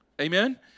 Amen